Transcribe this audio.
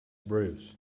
bruise